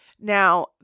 Now